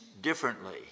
differently